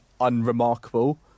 unremarkable